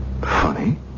Funny